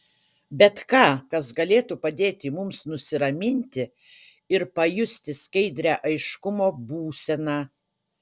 bet ką kas galėtų padėti mums nusiraminti ir pajusti skaidrią aiškumo būseną